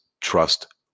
Trust